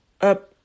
up